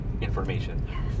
information